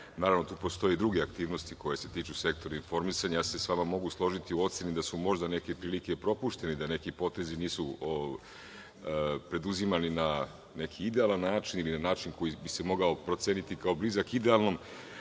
scenu. Naravno, tu postoje druge aktivnosti koje se tiču sektora informisanja. Mogu se složiti sa vama u oceni da su možda neke prilike propuštene i da neki potezi nisu preduzimani na neki idealan način ili na način koji bi mogao da se proceni kao blizak idealnom,